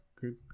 good